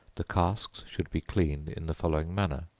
the casks should be cleaned in the following manner